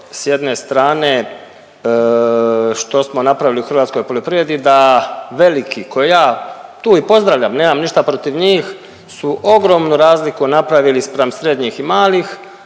s jedne strane što smo napravili u hrvatskoj poljoprivredi da veliki ko ja tu i pozdravljam, nemam ništa protiv njih su ogromnu razliku napravili spram srednjih i malih,